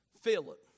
Philip